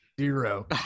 Zero